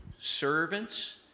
servants